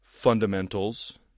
Fundamentals